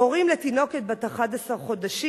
הורים לתינוקת בת 11 חודשים,